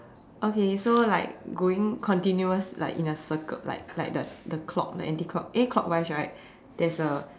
okay so like going continuous like in a circle like like the the clock the anti clock eh clockwise right there's a